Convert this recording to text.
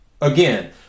Again